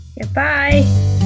Goodbye